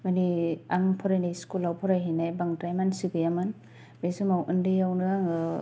मानि आं फरायनाय स्कुलाव फरायहैनाय बांद्राय मानसि गैयामोन बे समाव ओन्दैयावनो आङो